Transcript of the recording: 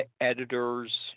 editors